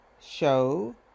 show